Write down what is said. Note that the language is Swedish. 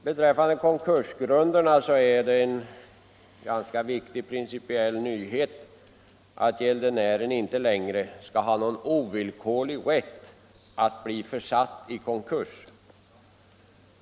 Beträffande konkursgrunderna är det en ganska viktig principiell nyhet att gäldenären inte längre skall ha någon ovillkorlig rätt att bli försatt i konkurs.